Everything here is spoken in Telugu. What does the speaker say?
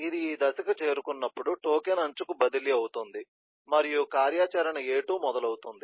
ఇది ఈ దశకు చేరుకున్నప్పుడు టోకెన్ అంచుకు బదిలీ అవుతుంది మరియు కార్యాచరణ a2 మొదలవుతుంది